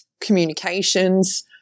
communications